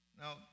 Now